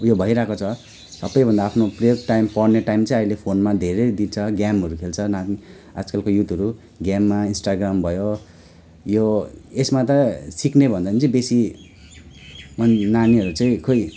उयो भइरहेको छ सब भन्दा आफ्नो पुरै टाइम पढ्ने टाइम चाहिँ धेरै खेल्छ गेमहरू खेल्छ नानी आजकलको युथहरू गेममा इन्स्टाग्राम भयो यो यसमा त सिक्ने भन्दा पनि बेसी नानीहरू चाहिँ खोइ